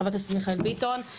חבר הכנסת מיכאל ביטון.